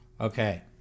Okay